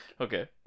Okay